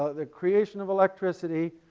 the creation of electricity,